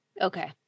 Okay